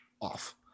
off